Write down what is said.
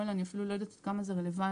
אני אפילו לא יודעת עד כמה זה רלוונטי,